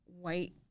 white